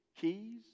keys